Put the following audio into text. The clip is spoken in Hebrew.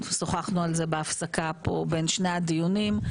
שוחחנו על זה בהפסקה פה בין שני הדיונים.